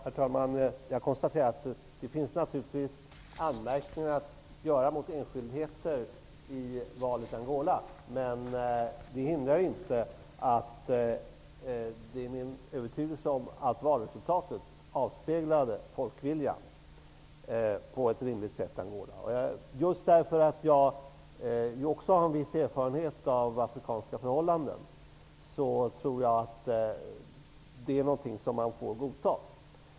Herr talman! Jag konstaterar att man naturligtvis kan göra anmärkningar mot enskildheter i valet i Angola. Det hindrar inte min övertygelse om att valresultatet avspeglade folkviljan på ett rimligt sätt. Just på grund av att också jag har en viss erfarenhet av afrikanska förhållanden tror jag att det är någonting som man får godta.